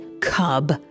cub